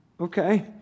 Okay